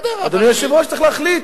אדוני היושב-ראש, צריך להחליט.